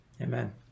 Amen